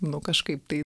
nu kažkaip tai